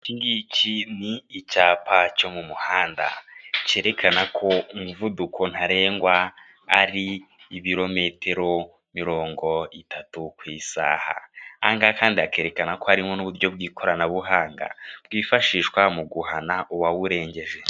Iki ngiki ni icyapa cyo mu muhanda cyerekana ko umuvuduko ntarengwa ari ibirometero mirongo itatu ku isaha, aha ngaha kandi hakerekana ko harimo n'uburyo bw'ikoranabuhanga bwifashishwa mu guhana uwawurengeje.